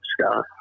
Scott